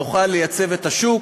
נוכל לייצב את השוק.